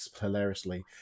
hilariously